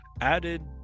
added